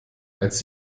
als